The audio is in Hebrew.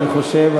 אני חושב,